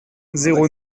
zéro